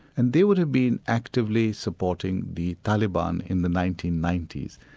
and they would have been actively supporting the taliban in the nineteen ninety s.